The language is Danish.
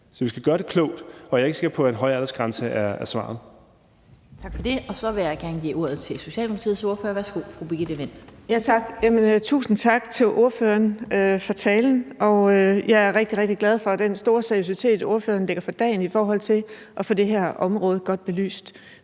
så vi skal gøre det klogt, og jeg er ikke sikker på, at en højere aldersgrænse er svaret. Kl. 16:49 Den fg. formand (Annette Lind): Tak for det. Så vil jeg gerne give ordet til Socialdemokratiets ordfører. Værsgo, fru Birgitte Vind. Kl. 16:49 Birgitte Vind (S): Tusind tak til ordføreren for talen. Jeg er rigtig, rigtig glad for den store seriøsitet, som ordføreren lægger for dagen i forhold til at få det her område godt belyst.